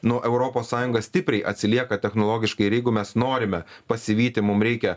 nu europos sąjunga stipriai atsilieka technologiškai ir jeigu mes norime pasivyti mum reikia